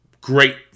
Great